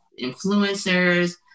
influencers